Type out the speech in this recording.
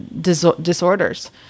disorders